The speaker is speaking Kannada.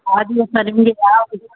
ಆ ದಿವಸ ನಿಮಗೆ ಯಾವುದು